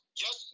yes